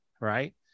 Right